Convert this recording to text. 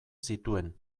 zituen